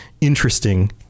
interesting